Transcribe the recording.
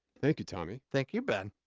thank you, tommy. thank you, ben.